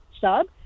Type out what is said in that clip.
sub